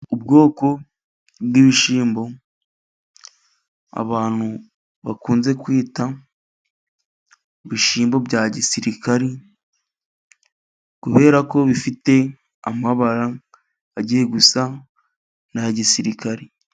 Ubwoko bw'ibishyimbo abantu bakunze kwita ibishimbo bya gisirikari, kubera ko bifite amabara agiye gusa na ya gisirikari.